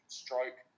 stroke